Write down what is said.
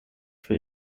für